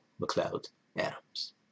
McLeod-Adams